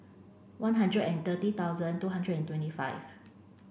one hundred and thirty thousand two hundred and twenty five